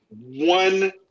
one